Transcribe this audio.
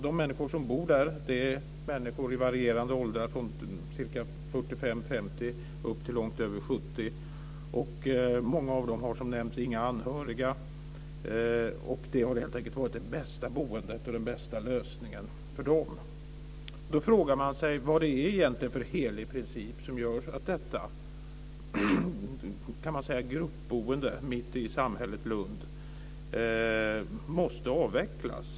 De människor som bor där är människor i varierande ålder, från 45-50 år upp till långt över 70 år. Många av dem har inga anhöriga, som nämnts, och det har helt enkelt varit det bästa boendet och den bästa lösningen för dem. Då frågar man sig vad det egentligen är för helig princip som gör att detta gruppboende mitt i samhället Lund måste avvecklas.